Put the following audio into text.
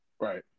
Right